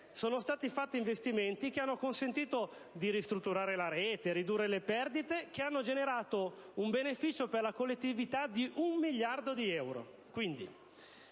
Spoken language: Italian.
sono stati fatti investimenti che hanno consentito di ristrutturare la rete, ridurre le perdite, e che hanno generato un beneficio per la collettività di un miliardo di euro.